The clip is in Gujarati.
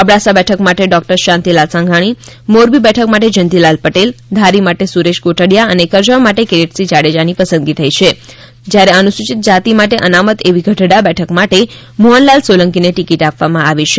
અબડાસા બેઠક માટે ડોક્ટર શાંતિલાલ સંઘાણી મોરબી બેઠક માટે જયંતિલાલ પટેલ ધારી માટે સુરેશ કોટડીયા અને કરજણ માટે કિરીટસિંહ જાડેજાની પસંદગી થઈ છે જ્યારે અનુસુચિત જાતિ માટે અનામત એવી ગઢડા બેઠક માટે મોહનલાલ સોલંકીને ટિકિટ આપવામાં આવી છે